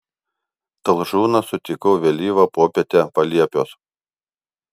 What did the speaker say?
talžūną sutikau vėlyvą popietę paliepiuos